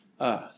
earth